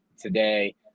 today